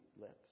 lips